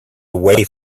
away